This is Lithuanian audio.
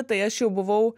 tai aš jau buvau